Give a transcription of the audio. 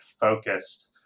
focused